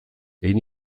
egin